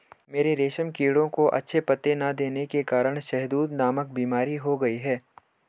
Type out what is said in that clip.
मेरे रेशम कीड़ों को अच्छे पत्ते ना देने के कारण शहदूत नामक बीमारी हो गई है